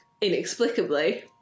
inexplicably